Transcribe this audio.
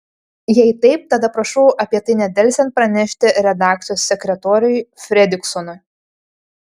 jei taip tada prašau apie tai nedelsiant pranešti redakcijos sekretoriui fredriksonui